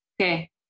okay